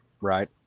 Right